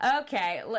Okay